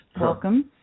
Welcome